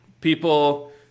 people